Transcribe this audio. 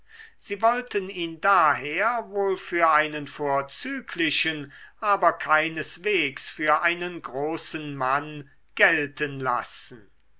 sie wollten ihn daher wohl für einen vorzüglichen aber keineswegs für einen großen mann gelten lassen